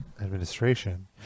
administration